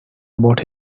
about